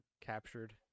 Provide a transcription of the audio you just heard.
captured